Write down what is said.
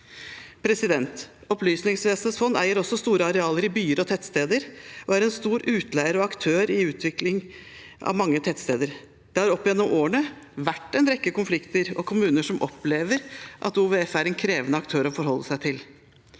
Opplysningsvesenets fond eier også store arealer i byer og tettsteder og er en stor utleier og aktør i utvikling av mange tettsteder. Det har opp gjennom årene vært en rekke konflikter, og noen kommuner har opplevd at OVF er en krevende aktør å forholde seg til.